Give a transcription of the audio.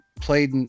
played